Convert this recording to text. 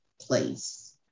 place